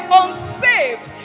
unsaved